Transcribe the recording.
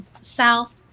South